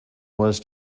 was